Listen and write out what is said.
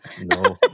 No